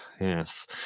Yes